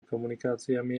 komunikáciami